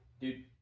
Dude